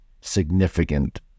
significant